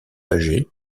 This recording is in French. âgés